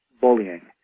bullying